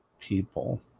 people